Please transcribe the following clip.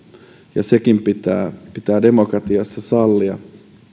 ja sekin pitää pitää demokratiassa sallia